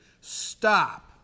Stop